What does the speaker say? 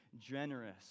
generous